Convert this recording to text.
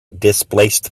displaced